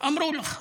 אמרו לך.